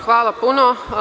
Hvala puno.